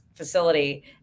facility